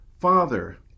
Father